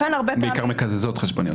בעיקר מקזזות חשבוניות.